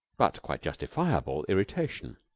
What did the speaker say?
but quite justifiable, irritation.